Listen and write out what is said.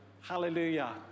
Hallelujah